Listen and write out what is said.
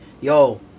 Yo